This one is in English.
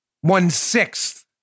One-sixth